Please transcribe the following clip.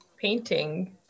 painting